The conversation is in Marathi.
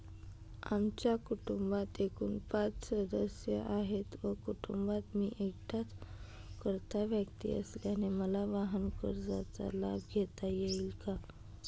आमच्या कुटुंबात एकूण पाच सदस्य आहेत व कुटुंबात मी एकटाच कर्ता व्यक्ती असल्याने मला वाहनकर्जाचा लाभ घेता येईल का?